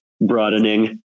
broadening